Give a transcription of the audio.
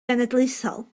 genedlaethol